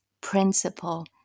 principle